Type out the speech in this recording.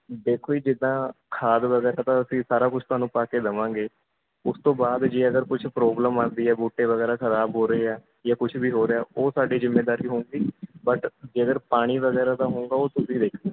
ਦੇਖੋ ਜੀ ਜਿੱਦਾਂ ਖਾਦ ਵਗੈਰਾ ਤਾਂ ਅਸੀਂ ਸਾਰਾ ਕੁਝ ਤੁਹਾਨੂੰ ਪਾ ਕੇ ਦੇਵਾਂਗੇ ਉਸ ਤੋਂ ਬਾਅਦ ਜੇ ਅਗਰ ਕੁਝ ਪ੍ਰੋਬਲਮ ਆਉਂਦੀ ਹੈ ਬੂਟੇ ਵਗੈਰਾ ਖਰਾਬ ਹੋ ਰਹੇ ਹੈ ਜਾਂ ਕੁਛ ਵੀ ਹੋ ਰਿਹਾ ਉਹ ਸਾਡੀ ਜ਼ਿੰਮੇਦਾਰੀ ਹੋਊਗੀ ਬਟ ਜੇ ਅਗਰ ਪਾਣੀ ਵਗੈਰਾ ਦਾ ਹੋਊਗਾ ਉਹ ਤੁਸੀਂ ਦੇਖਣਾ